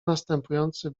następujący